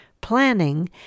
planning